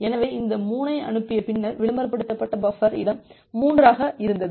எனவே இந்த 3 ஐ அனுப்பிய பின்னர் விளம்பரப்படுத்தப்பட்ட பஃபர் இடம் 3 ஆக இருந்தது